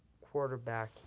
quarterback